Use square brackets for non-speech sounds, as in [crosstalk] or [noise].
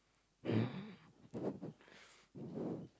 [noise] [breath]